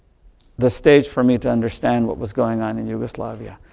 the stage for me to understand what was going on in yugoslavia.